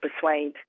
persuade